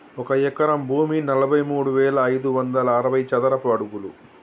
ఒక ఎకరం భూమి నలభై మూడు వేల ఐదు వందల అరవై చదరపు అడుగులు